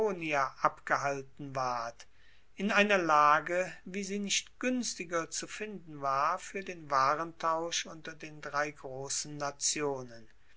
abgehalten ward in einer lage wie sie nicht guenstiger zu finden war fuer den warentausch unter den drei grossen nationen